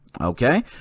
okay